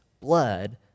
blood